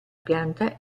pianta